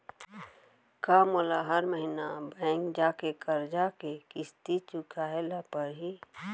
का मोला हर महीना बैंक जाके करजा के किस्ती चुकाए ल परहि?